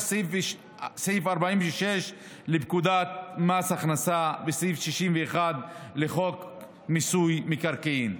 סעיף 46 לפקודת מס הכנסה וסעיף 61 לחוק מיסוי מקרקעין.